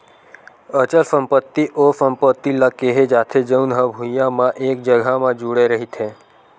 अचल संपत्ति ओ संपत्ति ल केहे जाथे जउन हा भुइँया म एक जघा म जुड़े रहिथे